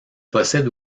possède